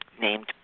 named